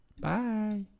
Bye